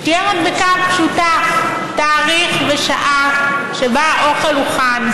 שתהיה מדבקה פשוטה: תאריך ושעה שבה האוכל הוכן,